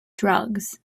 drugs